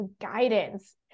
guidance